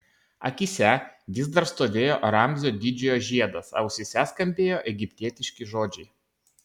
akyse vis dar stovėjo ramzio didžiojo žiedas ausyse skambėjo egiptietiški žodžiai